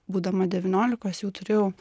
būdama devyniolikos jau turėjau